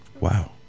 Wow